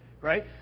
Right